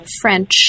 French